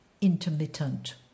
intermittent